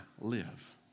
live